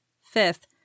Fifth